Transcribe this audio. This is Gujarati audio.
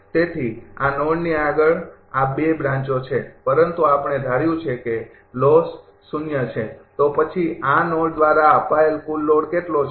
તેથી આ નોડની આગળ આ બ્રાંચો છે પરંતુ આપણે ધાર્યું છે કે લોસ છે તો પછી આ નોડ દ્વારા અપાયેલ કુલ લોડ કેટલો છે